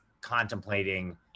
contemplating